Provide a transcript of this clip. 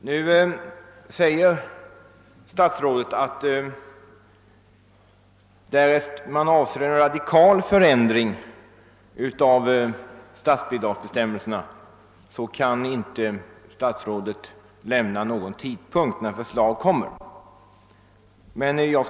Nu säger statsrådet, att om man avser en radikal förändring av statsbidragsbestämmelserna, så kan han inte lämna något besked om tidpunkten när ett förslag härom kan framläggas.